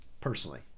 personally